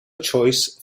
choice